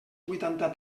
huitanta